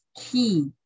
key